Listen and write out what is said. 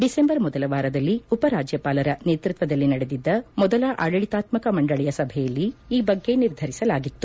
ದಿಸೆಂಬರ್ ಮೊದಲ ವಾರದಲ್ಲಿ ಉಪರಾಜ್ಯಪಾಲರ ನೇತೃತ್ವದಲ್ಲಿ ನಡೆದಿದ್ದ ಮೊದಲ ಆದಳಿತಾತ್ಮಕ ಮಂಡಳಿಯ ಸಭೆಯಲ್ಲಿ ಈ ಬಗ್ಗೆ ನಿರ್ಧರಿಸಲಾಗಿತ್ತು